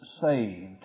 Saved